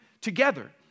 together